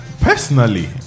personally